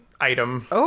item